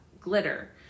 glitter